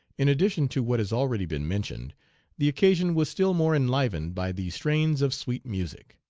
in addition to what has already been mentioned the occasion was still more enlivened by the strains of sweet music.